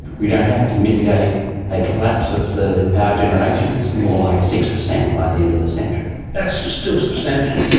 we don't have to mitigate a collapse of the power generation, it's more like six percent by the end of the century. that is still substantial.